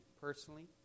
personally